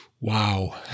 wow